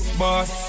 boss